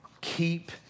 Keep